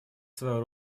свою